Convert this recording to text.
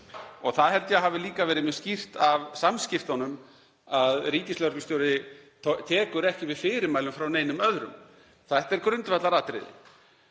Það held ég að hafi líka verið mjög skýrt af samskiptunum að ríkislögreglustjóri tekur ekki við fyrirmælum frá neinum öðrum. Þetta er grundvallaratriði.